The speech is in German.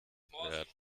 werden